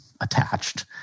attached